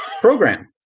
program